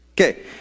Okay